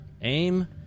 Aim